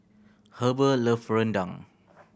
Heber love rendang